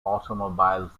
automobiles